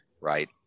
right